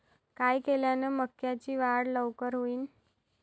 काय केल्यान मक्याची वाढ लवकर होईन?